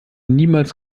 niemals